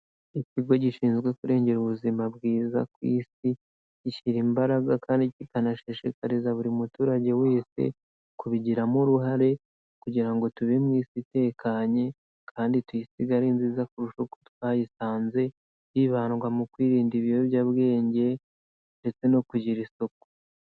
Ikigo gishinzwe kurengera ubuzima bwiza ku Isi, gishyira imbaraga kandi kikanashishikariza buri muturage wese kubigiramo uruhare kugira ngo tube mu Isi itekanye kandi tuyisige ari nziza kurusha uko twayisanze, hibandwa mu kwirinda ibiyobyabwenge ndetse no kugira isuku.